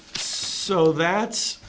so that's